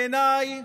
בעיניי,